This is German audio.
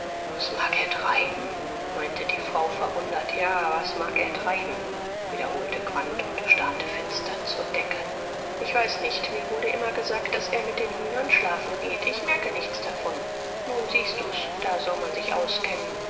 was mag er treiben meinte die frau verwundert ja was mag er treiben wiederholte quandt und starrte finster zur decke ich weiß nicht mir wurde immer gesagt daß er mit den hühnern schlafen geht ich merke nichts davon nun siehst du's da soll man sich auskennen